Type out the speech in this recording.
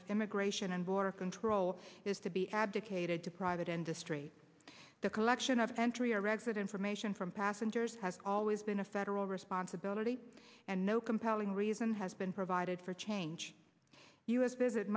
of immigration and border control is to be abdicated to private industry the collection of entry or exit information from passengers has always been a federal responsibility and no compelling reason has been provided for change u s visit